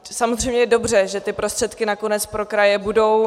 Samozřejmě je dobře, že ty prostředky nakonec pro kraje budou.